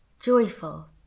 joyful